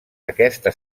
aquesta